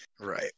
Right